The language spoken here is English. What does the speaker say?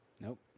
Nope